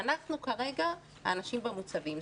אנחנו כרגע האנשים במוצבים.